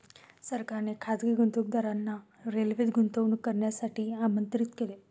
सरकारने खासगी गुंतवणूकदारांना रेल्वेत गुंतवणूक करण्यासाठी आमंत्रित केले